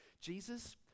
Jesus